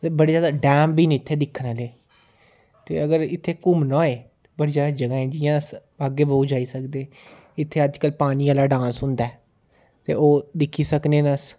ते बड़े ज्यादा डैम बी हैन इत्थे दिक्खने आह्ले ते अगर इत्थे घूमना होऐ ते बड़ी ज्यादा जगह् ऐ जियां अस बागे बहु जाई सकदे इत्थे अज्जकल पानी आह्ल डांस होंदा ऐ ते ओह् दिक्खी सकने अस